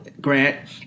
grant